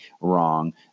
wrong